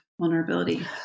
vulnerability